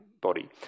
body